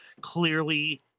clearly